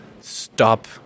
stop